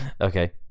okay